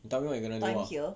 you tell me [what] you're gonna do lah